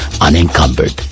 unencumbered